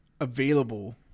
available